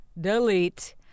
Delete